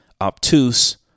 obtuse